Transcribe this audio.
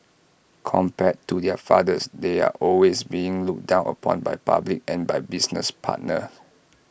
compared to their fathers they're always being looked down upon by public and by business partners